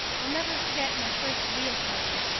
i'll never forget my first real party.